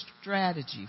strategy